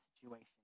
situation